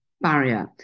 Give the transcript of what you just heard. barrier